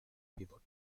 pivot